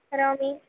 करोमि